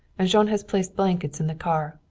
and jean has placed blankets in the car.